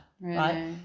right